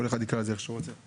כל אחד יקרא לזה איך שהוא רוצה.